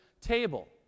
table